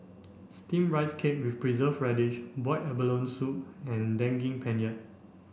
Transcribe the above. steamed rice cake with preserved radish boiled abalone soup and Daging Penyet